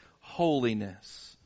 holiness